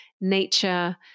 nature